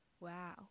Wow